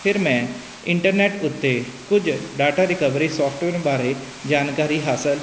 ਫਿਰ ਮੈਂ ਇੰਟਰਨੈਟ ਉੱਤੇ ਕੁਝ ਡਾਟਾ ਰਿਕਵਰੀ ਸੋਫਟਵੇਅਰ ਬਾਰੇ ਜਾਣਕਾਰੀ ਹਾਸਿਲ